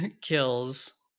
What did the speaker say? kills